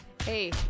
Hey